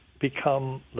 become